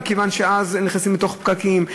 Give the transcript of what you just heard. מכיוון שאז נכנסים לתוך פקקים,